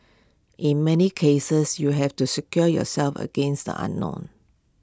in many cases you have to secure yourself against the unknown